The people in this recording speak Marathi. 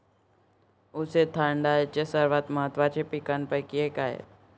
ऊस हे थायलंडच्या सर्वात महत्त्वाच्या पिकांपैकी एक आहे